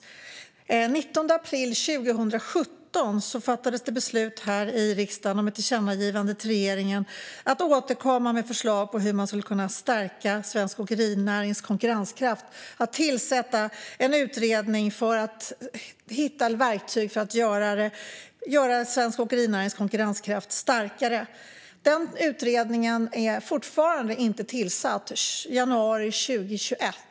Den 19 april 2017 fattades här i riksdagen beslut om ett tillkännagivande till regeringen om att återkomma med förslag på hur man skulle kunna stärka svensk åkerinärings konkurrenskraft och att tillsätta en utredning för att hitta verktyg för just detta. Den utredningen är fortfarande inte tillsatt i januari 2021.